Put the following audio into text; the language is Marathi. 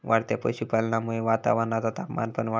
वाढत्या पशुपालनामुळा वातावरणाचा तापमान पण वाढता